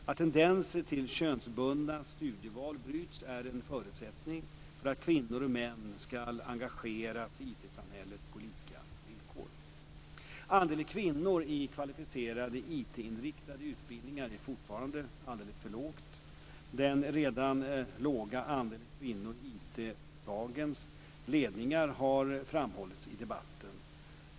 Att tendenser till könsbundna studieval bryts är en förutsättning för att kvinnor och män ska engageras i IT-samhället på lika villkor. Andelen kvinnor i kvalificerade IT-inriktade utbildningar är fortfarande alldeles för låg. Den redan låga andelen kvinnor i IT-företagens ledningar har framhållits i debatten.